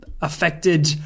affected